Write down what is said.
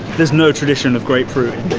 there's no tradition of grapefruit